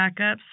backups